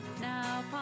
now